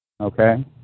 Okay